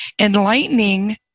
enlightening